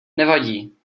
nevadí